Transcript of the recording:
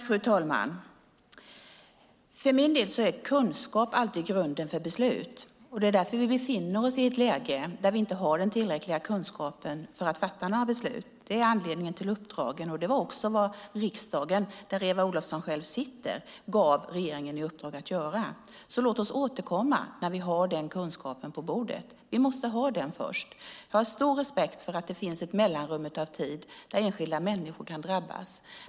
Fru talman! För min del är kunskap alltid grunden för beslut. Vi befinner oss i ett läge där vi inte har den tillräckliga kunskapen för att fatta några beslut. Det var anledningen till uppdragen. Det var också vad riksdagen, där Eva Olofsson själv sitter, gav regeringen i uppdrag att göra. Låt oss återkomma när vi har den kunskapen, vi måste ha den först. Jag har stor respekt för att det finns ett mellanrum där enskilda människor kan drabbas.